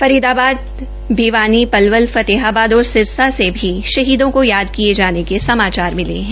फरीदाबाद भिवानी पलवल फतेहाबाद और सिरसा से भी शहीदों को याद किये जाने के समाचार मिले है